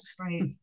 Right